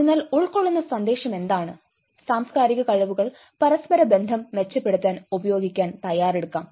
അതിനാൽ ഉൾകൊള്ളുന്ന സന്ദേശം എന്താണ് സാംസ്കാരിക കഴിവുകൾ പരസ്പര ബന്ധം മെച്ചപ്പെടുത്താൻ ഉപയോഗിക്കാൻ തയ്യാറെടുക്കാം